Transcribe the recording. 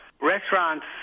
Restaurants